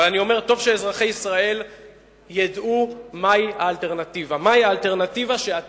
אני אומר: טוב שאזרחי ישראל ידעו מהי האלטרנטיבה שאתם,